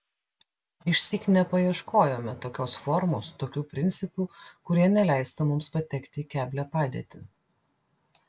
išsyk nepaieškojome tokios formos tokių principų kurie neleistų mums patekti į keblią padėtį